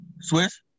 Swiss